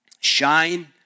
Shine